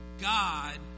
God